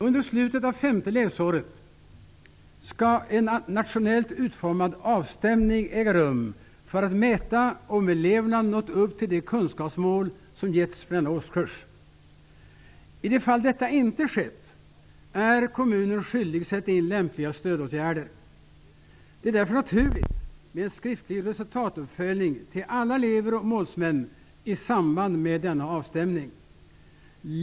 Under slutet av det femte läsåret skall en nationellt utformad avstämning äga rum för att mäta om eleverna nått upp till de kunskapsmål som getts för denna årskurs. I de fall detta inte skett är kommunen skyldig att sätta in lämpliga stödåtgärder. Det är därför naturligt med en skriftlig resultatuppföljning till alla elver och målsmän i samband med denna avstämning.